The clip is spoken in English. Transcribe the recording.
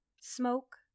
smoke